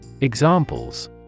Examples